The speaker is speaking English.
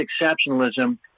exceptionalism